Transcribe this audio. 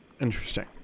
Interesting